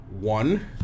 One